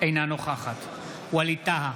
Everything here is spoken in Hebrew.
אינה נוכחת ווליד טאהא,